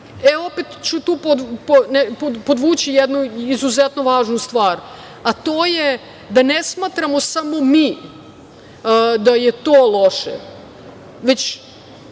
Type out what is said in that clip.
ću tu podvući jednu izuzetno važnu stvar, a to je da ne smatramo samo mi da je to loše, već